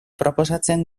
proposatzen